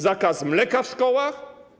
Zakaz mleka w szkołach?